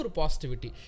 positivity